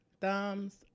thumbs